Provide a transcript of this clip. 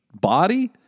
body